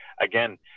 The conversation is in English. again